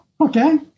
okay